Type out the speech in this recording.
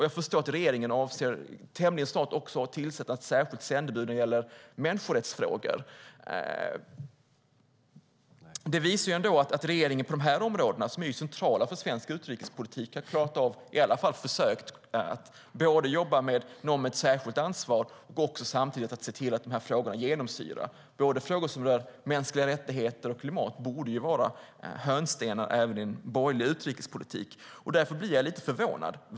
Jag förstår att regeringen avser att tämligen snart tillsätta ett särskilt sändebud när det gäller människorättsfrågor. Det visar att regeringen på de här områdena, som är centrala för svensk utrikespolitik, i alla fall har försökt att jobba med någon med ett särskilt ansvar och samtidigt se till att frågan genomsyrar allt arbete. Frågor som rör mänskliga rättigheter och klimat borde ju vara hörnstenar även i en borgerlig utrikespolitik. Därför blir jag lite förvånad.